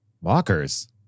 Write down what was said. Walkers